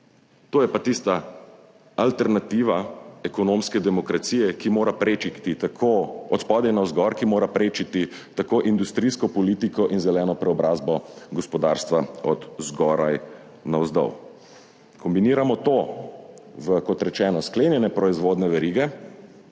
To je pa tista alternativa ekonomske demokracije, ki mora prečiti tako, od spodaj navzgor, ki mora prečiti tako industrijsko politiko in zeleno preobrazbo gospodarstva od zgoraj navzdol. Kombiniramo to v, kot rečeno, sklenjene proizvodne verige,